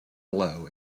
below